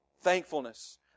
Thankfulness